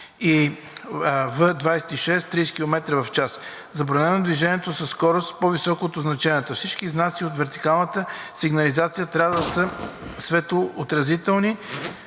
В26 (30 км/ч) „Забранено е движение със скорост, по-висока от означената“. Всички знаци от вертикалната сигнализация трябва да са светлоотразителни